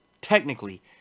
Technically